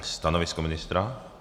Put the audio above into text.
Stanovisko ministra?